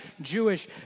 Jewish